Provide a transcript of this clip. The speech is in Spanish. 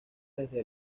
desde